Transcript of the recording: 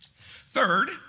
Third